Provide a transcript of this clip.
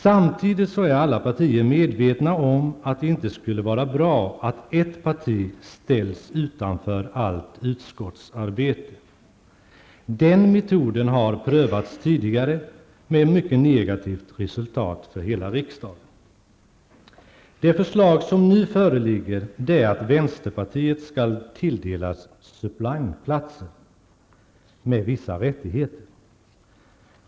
Samtidigt är alla partier medvetna om att det inte skulle vara bra att ett parti ställs utanför allt utskottsarbete. Den metoden har prövats tidigare med mycket negativt resultat för hela riksdagen. Det förslag som nu föreligger är att vänsterpartiet skall tilldelas suppleantplatser med vissa rättigheter.